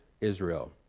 Israel